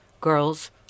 girls